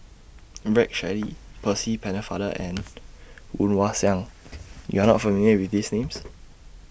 Rex Shelley Percy Pennefather and Woon Wah Siang YOU Are not familiar with These Names